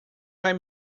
vai